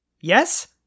Yes